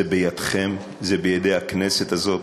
זה בידיכם, זה בידי הכנסת הזאת.